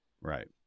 right